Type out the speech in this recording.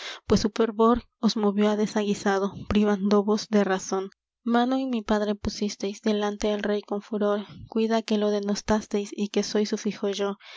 pues su fervor os movió á desaguisado privándovos de razón mano en mi padre pusisteis delante el rey con furor cuidá que lo denostasteis y que soy su fijo yo